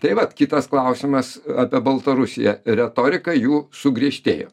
tai vat kitas klausimas apie baltarusiją retorika jų sugriežtėjo